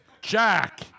jack